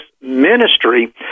ministry